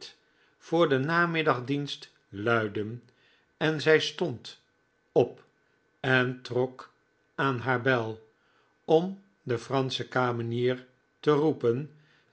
voor den namiddagdienst luidden p en zij stond op en trok aan haar bel om de fransche kamenier te roepen